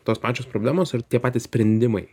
tos pačios problemos ar tie patys sprendimai